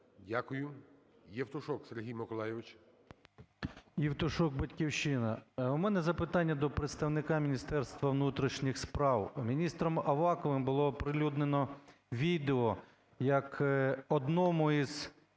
Дякую. Євтушок Сергій Миколайович.